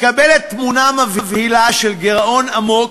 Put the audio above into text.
מתקבלת תמונה מבהילה של גירעון עמוק,